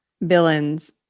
villains